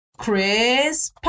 Chris